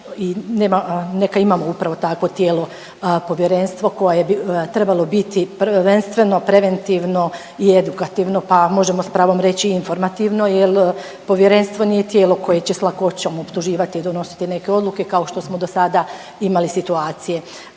neka imamo upravo takvo tijelo, povjerenstvo koje bi trebalo biti prvenstveno preventivno i edukativno, pa možemo s pravom reći i informativno jer povjerenstvo nije tijelo koje će s lakoćom optuživati neke odluke kao što smo dosada imali situacije.